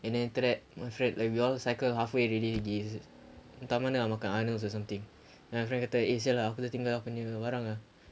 and then after that my friend like we all cycled halfway already pergi entah mana nak makan lah or something then my friend kata eh sia lah aku tertinggal aku ni barang ah